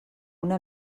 una